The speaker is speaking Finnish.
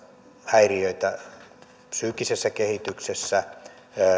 häiriöitä psyykkisessä kehityksessä